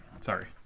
sorry